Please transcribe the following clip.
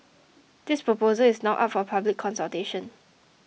this proposal is now up for public consultation